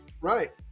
right